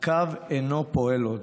הקו אינו פועל עוד.